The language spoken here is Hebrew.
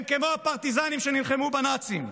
הם כמו הפרטיזנים שנלחמו בנאצים.